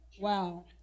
Wow